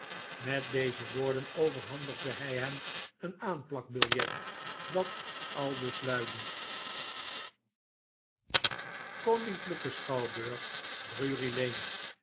met deze woorden overhandigde hij hemeen aanplakbiljet dat aldus luidde koninklijke